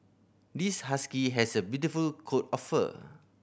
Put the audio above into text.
this husky has a beautiful coat of fur